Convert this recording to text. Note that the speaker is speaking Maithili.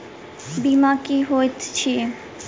बीमा की होइत छी?